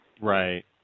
Right